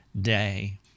day